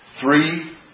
three